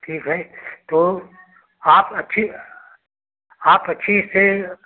ठीक है तो आप अच्छी आप अच्छी से